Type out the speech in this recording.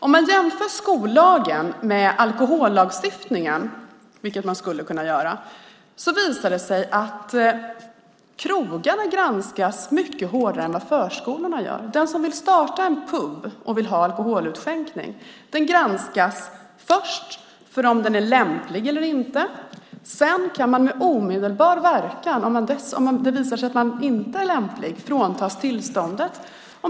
Om man jämför skollagen med alkohollagstiftningen, vilket man skulle kunna göra, visar det sig att krogarna granskas mycket hårdare än förskolorna. Om man vill starta en pub och vill ha alkoholutskänkning granskas man först i fråga om man är lämplig eller inte. Sedan kan man med omedelbar verkan, om det visar sig att man inte är lämplig, fråntas tillståndet.